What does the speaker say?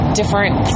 different